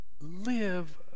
live